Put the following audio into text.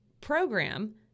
program